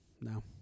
No